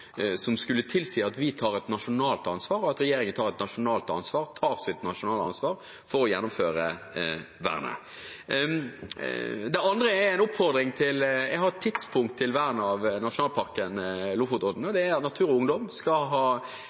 som skulle tilsi at vi tar et nasjonalt ansvar – og at regjeringen tar sitt nasjonale ansvar – for å gjennomføre vernet. Det andre er en oppfordring. Jeg har et tidspunkt for vern av nasjonalparken Lofotodden: Natur og Ungdom skal i begynnelsen av august ha